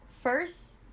first